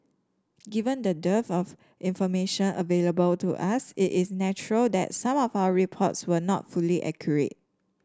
given the dearth of information available to us it is natural that some of our reports were not fully accurate